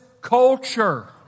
culture